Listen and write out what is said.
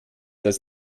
das